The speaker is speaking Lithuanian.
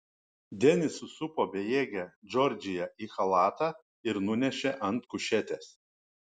denis susupo bejėgę džordžiją į chalatą ir nunešė ant kušetės